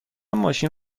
ماشین